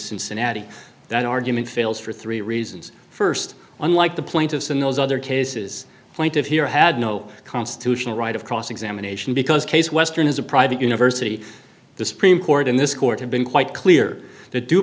cincinnati that argument fails for three reasons st unlike the plaintiffs in those other cases point of here had no constitutional right of cross examination because case western is a private university the supreme court in this court has been quite clear